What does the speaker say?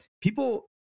people